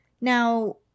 now